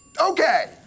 Okay